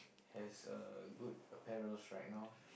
has a good apparels right now